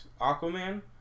Aquaman